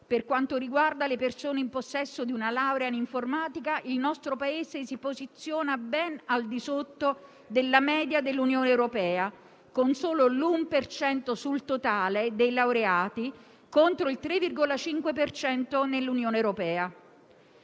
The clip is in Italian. Per quanto riguarda le persone in possesso di una laurea in informatica, il nostro Paese si posiziona ben al di sotto della media dell'Unione europea, con solo l'uno per cento sul totale dei laureati, contro il 3,5 dell'Unione europea.